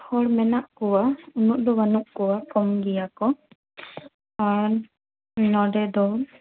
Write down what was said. ᱦᱚᱲ ᱢᱮᱱᱟᱜ ᱠᱚᱣᱟ ᱩᱱᱟᱹᱜ ᱫᱚ ᱵᱟᱹᱱᱩᱜ ᱠᱚᱣᱟ ᱠᱚᱢ ᱜᱮᱭᱟ ᱠᱚ ᱟᱨ ᱱᱚᱸᱰᱮ ᱫᱚ